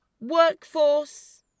workforce